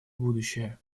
будущее